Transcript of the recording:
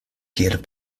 kiel